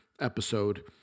episode